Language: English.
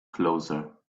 closer